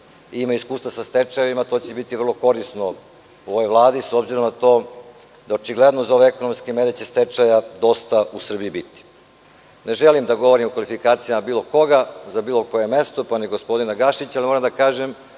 ima iskustva u stečajevima, to će biti vrlo korisno u ovoj Vladi, s obzirom na to da očigledno za ove ekonomske mere dosta će stečajeva u Srbiji biti. Ne želim da govorim o kvalifikacijama bilo koga, za bilo koje mesto, pa ni gospodina Gašića, ali moram da kažem